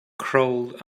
crawled